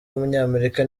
w’umunyamerika